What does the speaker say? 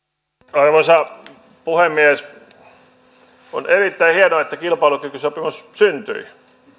arvoisa puhemies on erittäin hienoa että kilpailukykysopimus syntyi